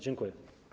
Dziękuję.